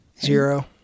Zero